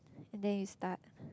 and then you start